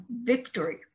victory